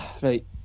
right